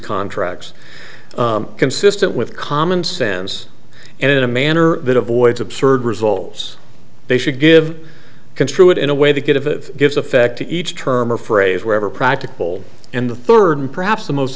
contracts consistent with common sense and in a manner that avoids absurd results they should give construe it in a way they get of gives effect to each term or phrase wherever practical and the third and perhaps the most